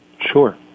Sure